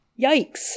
Yikes